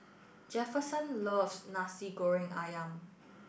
Jefferson loves Nasi Goreng Ayam